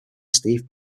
steve